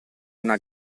una